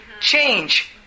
change